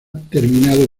terminado